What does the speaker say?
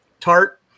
Tart